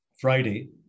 Friday